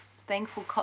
thankful